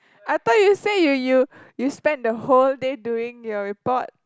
I thought you say you you you spend the whole day doing your report